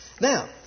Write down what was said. Now